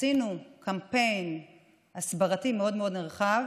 עשינו קמפיין הסברתי מאוד מאוד נרחב.